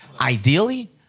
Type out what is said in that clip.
Ideally